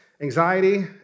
anxiety